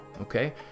okay